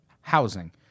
housing